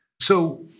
So-